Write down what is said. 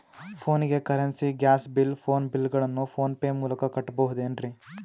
ಫೋನಿಗೆ currency, gas bill, phone bill ಗಳನ್ನು PhonePe ಮೂಲಕ ಕಟ್ಟಬಹುದೇನ್ರಿ?